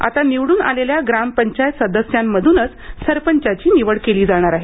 आता निवडून आलेल्या ग्रामपंचायत सदस्यांमधूनच सरपंचाची निवड केली जाणार आहे